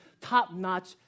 top-notch